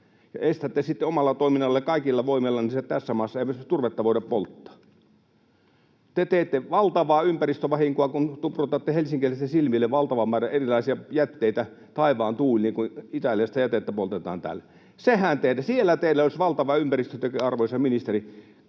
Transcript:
Estätte omalla toiminnallanne ja kaikilla voimillanne sen, että tässä maassa ei turvetta voida polttaa. Te teette valtavaa ympäristövahinkoa, kun tuprutatte helsinkiläisten silmille valtavan määrän erilaisia jätteitä taivaan tuuliin, kun italialaista jätettä poltetaan täällä. Siellä teillä olisi valtava ympäristöteko, arvoisa ministeri.